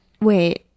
wait